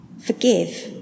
Forgive